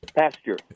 pasture